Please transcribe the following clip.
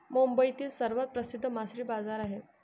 मुंबईतील सर्वात प्रसिद्ध मासळी बाजार आहे